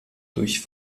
durch